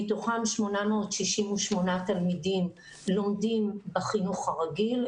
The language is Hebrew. מתוכם 868 תלמידים לומדים בחינוך הרגיל,